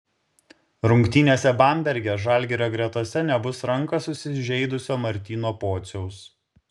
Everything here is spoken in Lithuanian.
rungtynėse bamberge žalgirio gretose nebus ranką susižeidusio martyno pociaus